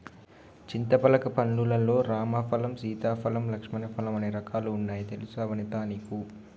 చింతపలక పండ్లు లల్లో రామ ఫలం, సీతా ఫలం, లక్ష్మణ ఫలం అనే రకాలు వున్నాయి తెలుసా వనితా నీకు